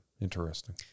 Interesting